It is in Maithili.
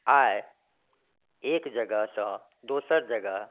आइ एक जगहसँ दोसर जगह